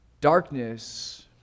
Darkness